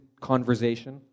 conversation